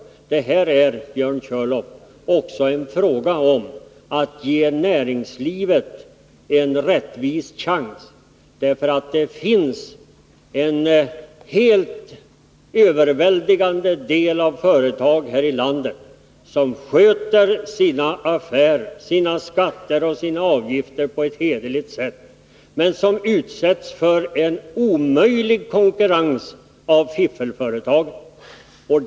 Det här är, Björn Körlof, också en fråga om att ge näringslivet en rättvis chans. Det finns nämligen en helt överväldigande del av företag här i landet som sköter sina affärer, sina skatter och sina avgifter på ett hederligt sätt, men som utsätts för en omöjlig konkurrens av fiffelföretagen.